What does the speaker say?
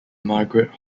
margaret